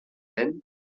dent